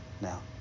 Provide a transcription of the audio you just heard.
now